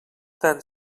tant